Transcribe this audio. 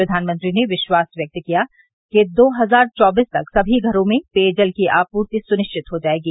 प्रधानमंत्री ने विश्वास व्यक्त किया कि दो हजार चौबीस तक सभी घरों में पेय जल की आपूर्ति सुनिश्चित हो जायेगी